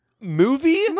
Movie